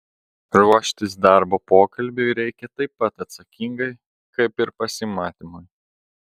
ruoštis darbo pokalbiui reikia taip pat atsakingai kaip ir pasimatymui